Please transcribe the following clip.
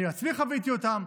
אני עצמי חוויתי אותן,